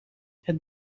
het